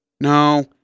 No